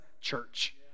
church